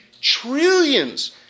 trillions